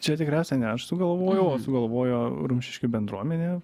čia tikriausia ne aš sugalvojau o sugalvojo rumšiškių bendruomenė